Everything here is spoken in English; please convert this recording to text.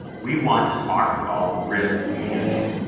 we want to talk about risk management,